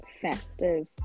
festive